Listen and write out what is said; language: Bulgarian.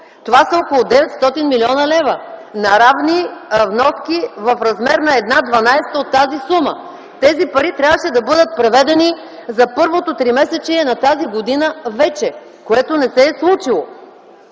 Това са около 900 млн. лв., на равни вноски в размер на 1/12 от тази сума. Тези пари трябваше вече да бъдат преведени за първото тримесечие на тази година, което не се е случило.